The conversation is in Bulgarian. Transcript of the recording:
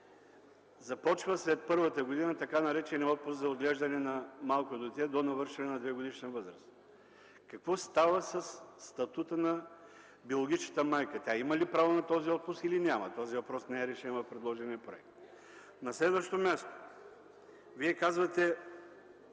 майки след първата година започва така нареченият отпуск за отглеждане на малко дете до навършване на двегодишна възраст. Какво става със статута на биологичната майка? Тя има ли право на този отпуск, или няма? Този въпрос не е решен в предложения проект. На следващо място, Вие казвате,